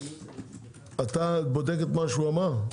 אתה בודק את מה שהוא אמר?